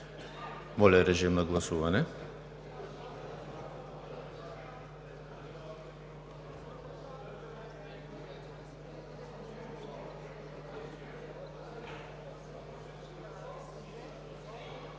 Моля, режим на гласуване